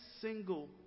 single